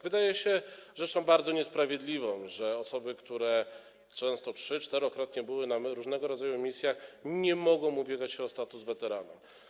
Wydaje się rzeczą bardzo niesprawiedliwą, że osoby, które często trzy-, czterokrotnie były na różnego rodzaju misjach, nie mogą ubiegać się o status weterana.